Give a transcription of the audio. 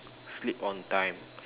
sleep on time